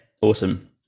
awesome